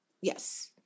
Yes